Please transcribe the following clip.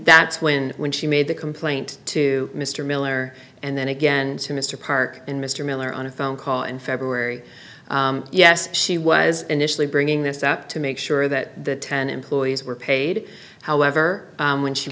that's when when she made the complaint to mr miller and then again to mr park and mr miller on a phone call in february yes she was initially bringing this up to make sure that the ten employees were paid however when she